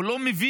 הוא לא מבין,